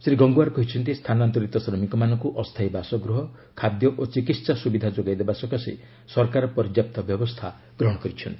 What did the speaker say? ଶ୍ରୀ ଗଙ୍ଗୱାର କହିଛନ୍ତି ସ୍ଥାନାନ୍ତରିତ ଶ୍ରମିକମାନଙ୍କୁ ଅସ୍ଥାୟୀ ବାସଗୃହ ଖାଦ୍ୟ ଓ ଚିକିତ୍ସା ସୁବିଧା ଯୋଗାଇଦେବା ସକାଶେ ସରକାର ପର୍ଯ୍ୟାପ୍ତ ବ୍ୟବସ୍ଥା ଗ୍ରହଣ କରିଛନ୍ତି